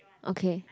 okay